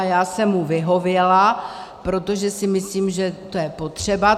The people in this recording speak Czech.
Já jsem mu vyhověla, protože si myslím, že to je potřeba.